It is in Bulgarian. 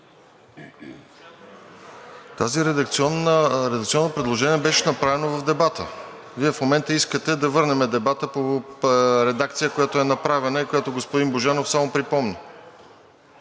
Това редакционно предложение беше направено в дебата, Вие в момента искате да върнем дебата по редакция, която е направена и господин Божанов вече припомни.